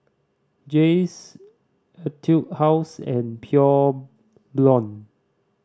Jays Etude House and Pure Blonde